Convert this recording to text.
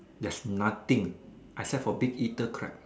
there's nothing except for big eater crab